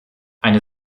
eine